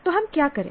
तो हम क्या करे